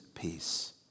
peace